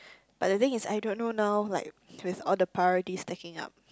but the thing is I don't know now like with all the priorities stacking up